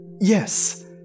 Yes